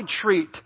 treat